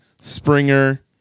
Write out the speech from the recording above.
Springer